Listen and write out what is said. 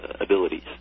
abilities